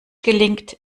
gelingt